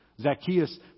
Zacchaeus